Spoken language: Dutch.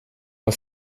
het